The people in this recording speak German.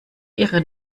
ihre